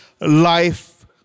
life